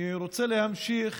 אני רוצה להמשיך